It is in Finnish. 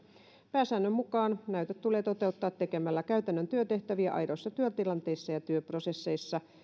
pääsäännön mukaan näytöt tulee toteuttaa tekemällä käytännön työtehtäviä aidoissa työtilanteissa ja työprosesseissa